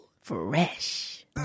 fresh